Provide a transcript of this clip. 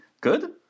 Good